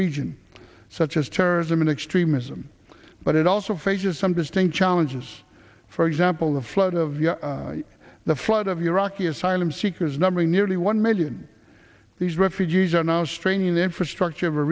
region such as terrorism and extremism but it also faces some distinct challenges for example the flood of the flood of iraqi asylum seekers numbering nearly one million these refugees are now straining the infrastructure of a